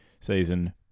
Season